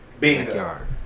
backyard